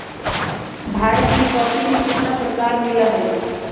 भारत में कॉफी के कितना प्रकार मिला हई?